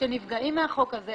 שנפגעים מהחוק הזה.